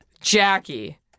Jackie